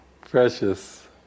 precious